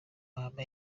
mahame